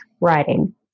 Writing